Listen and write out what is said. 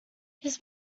his